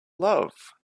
love